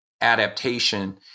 adaptation